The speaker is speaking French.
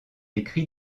écrit